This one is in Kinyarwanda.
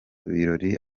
birori